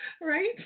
Right